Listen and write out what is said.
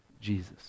Jesus